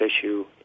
issue